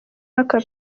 mwaka